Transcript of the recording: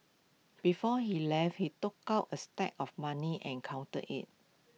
before he left he took out A stack of money and counted IT